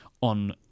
on